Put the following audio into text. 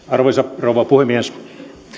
arvoisa rouva puhemies